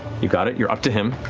you got it, you're up to him.